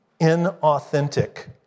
inauthentic